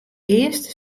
earste